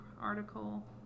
article